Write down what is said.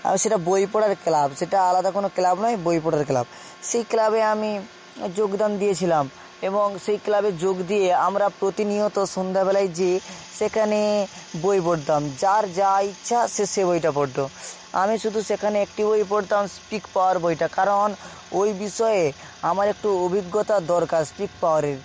আর সেটা বই পড়ার ক্লাব সেটা আলাদা কোনো ক্লাব নয় বই পড়ার ক্লাব সেই ক্লাবে আমি যোগদান দিয়েছিলাম এবং সেই ক্লাবে যোগ দিয়ে আমরা প্রতিনিয়ত সন্ধ্যাবেলায় যেয়ে সেখানে বই পড়তাম যার যা ইচ্ছা সে সেই বইটা পড়তো আমি শুধু সেখানে একটি বই পড়তাম স্পিক পাওয়ার বইটা কারণ ওই বিষয়ে আমার একটু অভিজ্ঞতার দরকার স্পিক পাওয়ারের